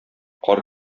кар